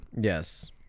Yes